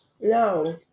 No